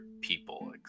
people